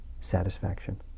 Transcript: satisfaction